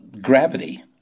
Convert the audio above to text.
gravity